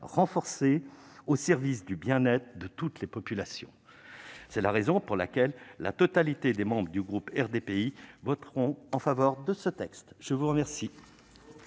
internationale au service du bien-être de toutes les populations. C'est la raison pour laquelle l'intégralité des membres du groupe RDPI votera en faveur de ce texte. La parole